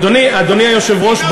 אדוני היושב-ראש,